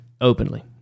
openly